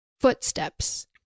footsteps